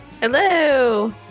Hello